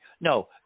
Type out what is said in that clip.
No